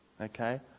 okay